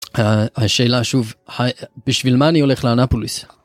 השאלה שוב בשביל מה אני הולך לאנפוליס.